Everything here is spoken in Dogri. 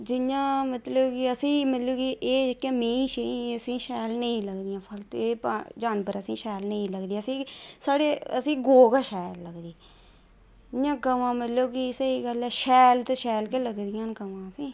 जि्यां मतलब कि असें ई मतलब कि एह् जेह्की मेहीं असें गी शैल नेईं लगदियां ते एह् जानवर असेंगी शैल लेईं लगदे असेंगी साढ़े गौऽ गै शैल लगदी इंया गवां मतलब कि स्हेई गल्ल ऐ शैल ते शैल गै गवां स्हेई लगदियां न असेंगी